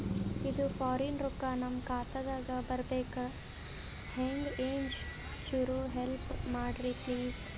ಇದು ಫಾರಿನ ರೊಕ್ಕ ನಮ್ಮ ಖಾತಾ ದಾಗ ಬರಬೆಕ್ರ, ಹೆಂಗ ಏನು ಚುರು ಹೆಲ್ಪ ಮಾಡ್ರಿ ಪ್ಲಿಸ?